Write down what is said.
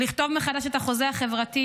ולכתוב מחדש את החוזה החברתי,